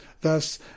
Thus